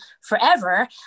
forever